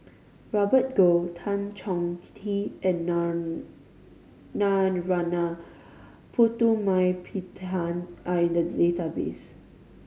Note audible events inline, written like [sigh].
Robert Goh Tan Chong Tee and [unintelligible] Narana Putumaippittan are in the database